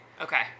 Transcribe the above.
Okay